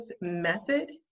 method